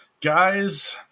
Guys